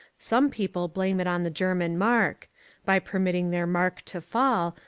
some people blame it on the german mark by permitting their mark to fall,